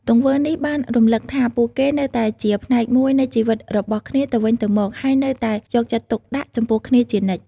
ទង្វើនេះបានរំឭកថាពួកគេនៅតែជាផ្នែកមួយនៃជីវិតរបស់គ្នាទៅវិញទៅមក ហើយនៅតែយកចិត្តទុកដាក់ចំពោះគ្នាជានិច្ច។